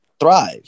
Thrive